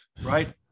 right